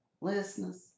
Listeners